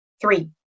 three